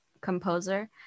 composer